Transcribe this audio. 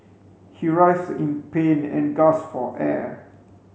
he writhed in pain and gasped for air